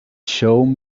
showed